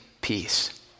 peace